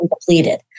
depleted